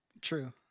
True